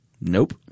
Nope